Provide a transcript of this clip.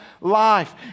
life